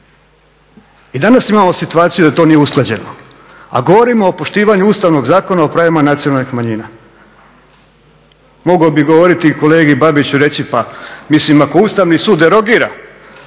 I danas imamo situaciju da to nije usklađeno, a govorimo o poštivanju Ustavnog zakona o pravima nacionalnih manjina. Mogao bih govoriti i kolegi Babiću reći pa mislim ako Ustavni sud derogira